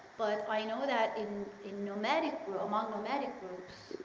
but i know that in in nomadic among nomadic groups,